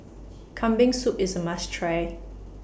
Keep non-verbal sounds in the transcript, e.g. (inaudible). (noise) Kambing Soup IS A must Try